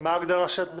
מה ההגדרה שאת מציעה?